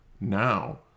now